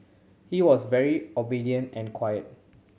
he was very obedient and quiet